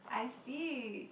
I see